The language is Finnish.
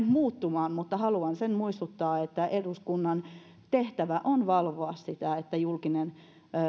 muuttumaan mutta haluan muistuttaa siitä että eduskunnan tehtävä on valvoa sitä että julkinen